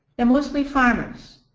they're mostly farmers,